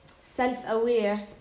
self-aware